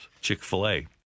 Chick-fil-A